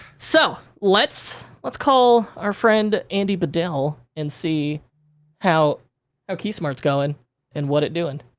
so, let's let's call our friend, andy bedell, and see how how keysmart's going and what it doin'.